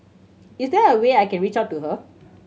is there a way I can reach out to her